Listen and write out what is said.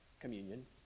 communion